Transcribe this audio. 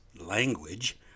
language